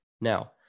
now